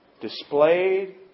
displayed